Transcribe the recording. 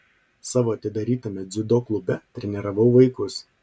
savo atidarytame dziudo klube treniravau vaikus